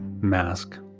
mask